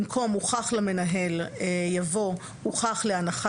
במקום "הוכח למנהל" יבוא "הוכח להנחת